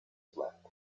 slept